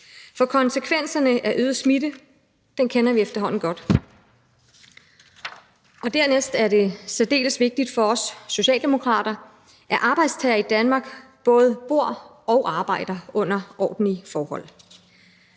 for konsekvenserne af øget smitte kender vi efterhånden godt. Dernæst er det særdeles vigtigt for os socialdemokrater, at arbejdstagere i Danmark både bor og arbejder under ordentlige forhold.